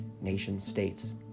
nation-states